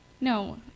no